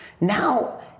Now